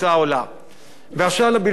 באשר לבלבול הגדול, מכובדי,